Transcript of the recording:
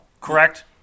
Correct